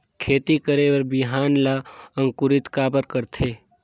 खेती करे बर बिहान ला अंकुरित काबर करथे?